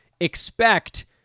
expect